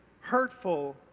hurtful